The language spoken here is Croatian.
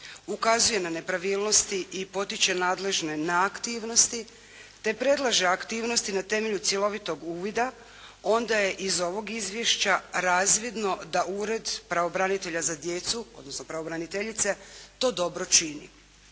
ukazuje na nepravilnosti i potiče nadležne na aktivnosti te predlaže aktivnosti na temelju cjelovitog uvida onda je iz ovog izvješća razvidno da Ured pravobranitelja za djecu, odnosno pravobraniteljice to dobro čini.